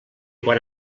quan